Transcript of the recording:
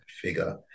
figure